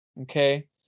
okay